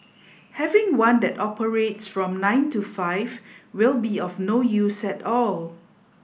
having one that operates from nine to five will be of no use at all